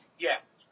Yes